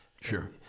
Sure